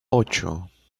ocho